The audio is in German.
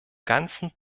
ganzen